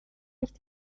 nicht